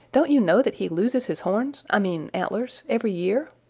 don't you know that he loses his horns, i mean antlers, every year?